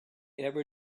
ever